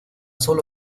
solo